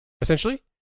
essentially